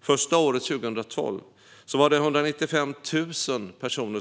Det första året, 2012, var det 195 000 personer